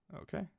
Okay